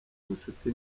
ubushuti